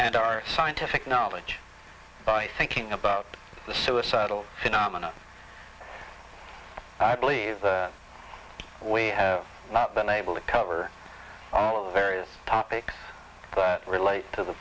and our scientific knowledge by thinking about the suicidal phenomena i believe we have been able to cover all of the various topics relate to the